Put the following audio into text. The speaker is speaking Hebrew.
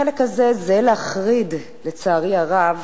החלק הזה זהה להחריד, לצערי הרב,